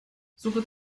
suche